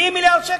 70 מיליארד שקל.